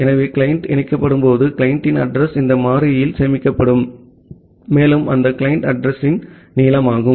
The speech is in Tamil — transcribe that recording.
ஆகவே கிளையன்ட் இணைக்கப்படும்போது கிளையண்டின் அட்ரஸ் இந்த மாறியில் சேமிக்கப்படும் மேலும் அந்த கிளையன்ட் அட்ரஸ் யின் நீளம் ஆகும்